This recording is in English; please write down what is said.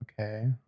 okay